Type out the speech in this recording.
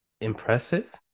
impressive